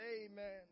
Amen